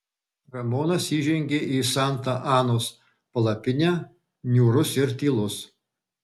ramonas įžengė į santa anos palapinę niūrus ir tylus